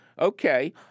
okay